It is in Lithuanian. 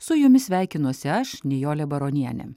su jumis sveikinuosi aš nijolė baronienė